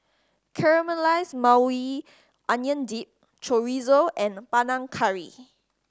Caramelize Maui Onion Dip Chorizo and Panang Curry